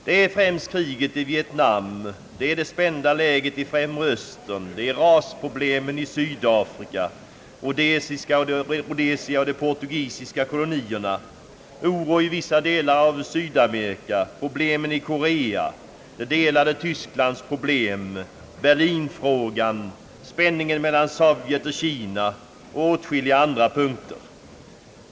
Det är främst kriget i Vietnam, det är det spända läget i Främre Östern, det är rasproblemen i Sydafrika, det är Rhodesia och de portugisiska kolonierna, det är oron i vissa delar av Sydamerika, det är problemen i Korea, problemet om det delade Tyskland, Berlin-frågan, spänningen mellan Sovjet och Kina och liknande problem.